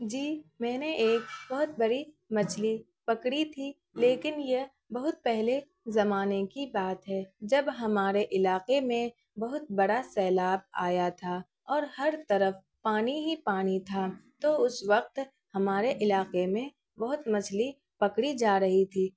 جی میں نے ایک بہت بڑی مچھلی پکڑی تھی لیکن یہ بہت پہلے زمانے کی بات ہے جب ہمارے علاقے میں بہت بڑا سیلاب آیا تھا اور ہر طرف پانی ہی پانی تھا تو اس وقت ہمارے علاقے میں بہت مچھلی پکڑی جا رہی تھی